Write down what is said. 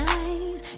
eyes